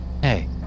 Hey